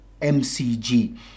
MCG